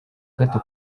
gato